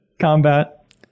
combat